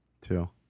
two